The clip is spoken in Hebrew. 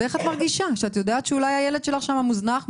ואיך את מרגישה כשאת יודעת שאולי הילד שלך שם מוזנח,